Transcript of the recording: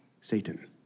Satan